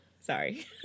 Sorry